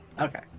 Okay